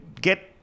get